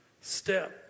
step